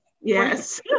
yes